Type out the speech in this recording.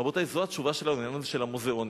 רבותי, זו התשובה שלנו לעניין הזה של המוזיאונים.